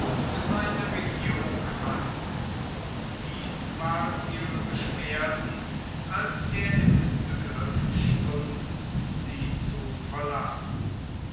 seine regierung an und dies waren ihre beschwerden als er im begriff stund sie zu verlassen